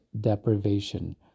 deprivation